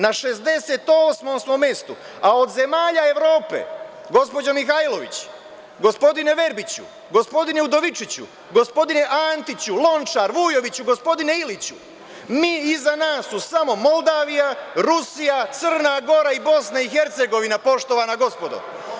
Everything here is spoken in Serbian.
Na 68 smo mestu, a od zemalja Evrope, gospođo Mihajlović, gospodine Verbiću, gospodine Udovičiću, gospodine Antiću, Lončar, Vujoviću, gospodine Iliću, iza nas su samo Moldavija, Rusija, Crna Gora i BiH, poštovana gospodo.